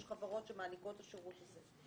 יש חברות שמעניקות את השירות הזה.